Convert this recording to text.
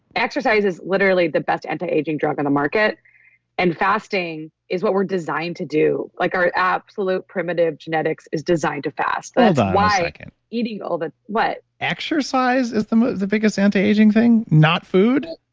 exercise is literally the best anti-aging drug on the market and fasting is what we're designed to do. like our absolute primitive genetics is designed to fast. that's why like and eating all the. what? exercise is the the biggest anti-aging thing? not food?